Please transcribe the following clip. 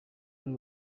ari